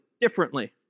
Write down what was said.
differently